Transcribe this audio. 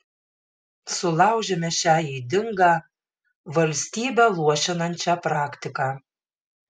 sulaužėme šią ydingą valstybę luošinančią praktiką